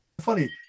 funny